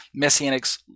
Messianics